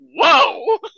Whoa